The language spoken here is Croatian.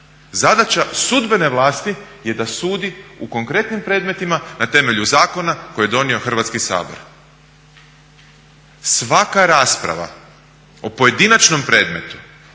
Zadaća sudbene vlasti je da sudi u konkretnim predmetima na temelju zakona koje je donio Hrvatskim sabor. Svaka rasprava o pojedinačnom predmetu